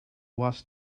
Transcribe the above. was